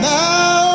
now